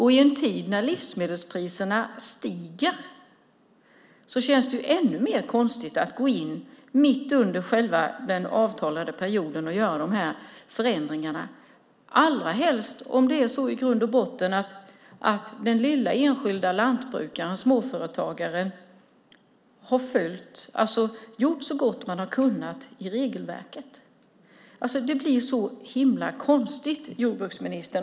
I en tid när livsmedelspriserna stiger känns det ännu mer konstigt att gå in mitt under den avtalade perioden och göra de här förändringarna, allra helst om det i grund och botten är så att den lilla, enskilda lantbrukaren, småföretagaren, har gjort så gott han eller hon har kunnat när det gäller regelverket. Det blir så himla konstigt, jordbruksministern.